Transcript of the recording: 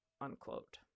Unquote